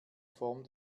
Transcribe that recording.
form